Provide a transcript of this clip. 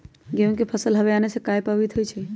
गेंहू के फसल हव आने से काहे पभवित होई छई?